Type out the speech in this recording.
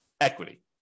equity